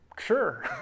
Sure